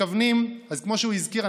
כמו שהוא הזכיר,